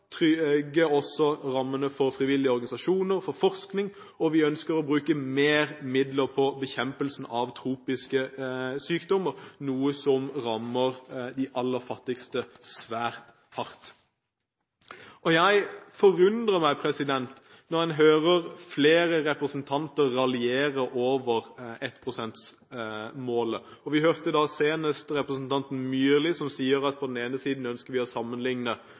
også trygge rammene til frivillige organisasjoner samt for forskning, og vi ønsker å bruke mer midler på bekjempelsen av tropiske sykdommer, noe som rammer de aller fattigste svært hardt. Det forundrer meg når en hører flere representanter raljere over 1 pst.-målet. Vi hørte senest representanten Myrli som sier at på den ene siden ønsker vi å